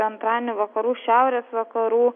antradienį vakarų šiaurės vakarų